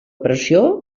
pressió